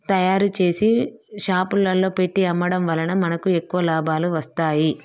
తయారుచేసి షాపులలో పెట్టి అమ్మడం వలన మనకు ఎక్కువ లాభాలు వస్తాయి